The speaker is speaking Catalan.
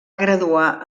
graduar